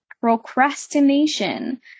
procrastination